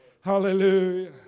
hallelujah